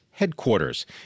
headquarters